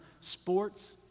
Sports